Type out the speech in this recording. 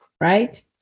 right